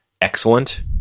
excellent